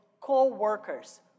co-workers